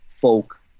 folk